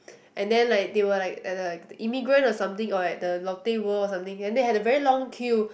and then like they were like at the emigrant or something or at the lotte-world or something and they had a very long queue